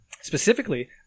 Specifically